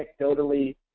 anecdotally